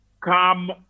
come